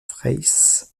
fraysse